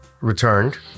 returned